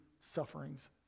sufferings